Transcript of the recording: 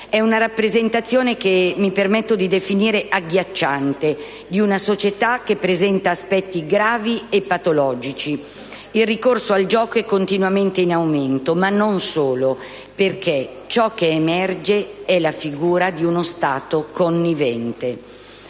È una rappresentazione che mi permetto di definire agghiacciante, di una società che presenta aspetti gravi e patologici. Il ricorso al gioco è continuamente in aumento ed inoltre emerge la figura di uno Stato connivente.